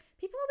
People